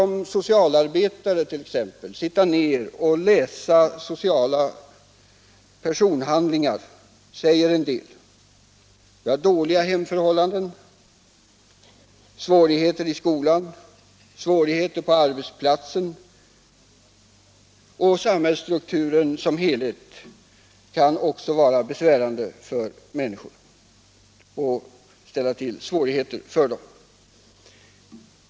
En socialarbetare t.ex. kan sitta och läsa sociala personhandlingar som säger en del om dåliga hemförhållanden, svårigheter i skolan och på arbetsplatsen, men samhällsstrukturen som helhet kan också ställa till svårigheter för människor.